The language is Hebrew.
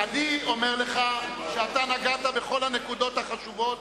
אני אומר לך שאתה נגעת בכל הנקודות החשובות